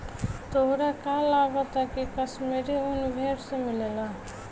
तोहरा का लागऽता की काश्मीरी उन भेड़ से मिलेला